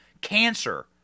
cancer